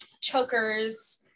chokers